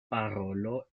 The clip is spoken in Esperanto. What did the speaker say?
parolo